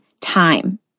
time